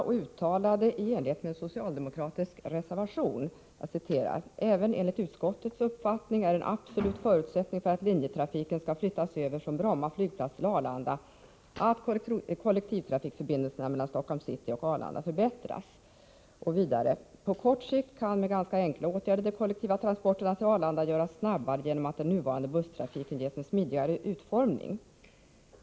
Riksdagen uttalade då i enlighet med en socialdemokratisk reservation att det enligt utskottets uppfattning var en absolut förutsättning för att linjetrafiken skulle kunna flyttas över från Bromma flygplats till Arlanda att kollektivtrafikförbindelserna mellan Stockholms city och Arlanda förbättrades. Vidare sade man att de kollektiva transporterna till Arlanda på kort sikt kunde göras snabbare med ganska enkla åtgärder genom att den nuvarande busstrafiken skulle ges en smidigare utformning.